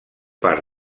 part